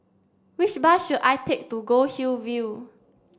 which bus should I take to Goldhill View